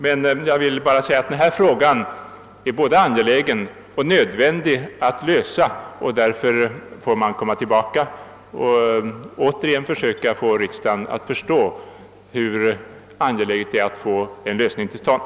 Men jag vill framhålla att det är angeläget och nödvändigt att lösa denna fråga och att vi därför måste komma tillbaka och återigen försöka få riksdagen att förstå hur angeläget det är att få en lösning till stånd.